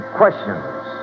questions